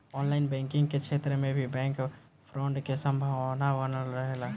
online banking के क्षेत्र में भी बैंक फ्रॉड के संभावना बनल रहेला